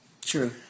True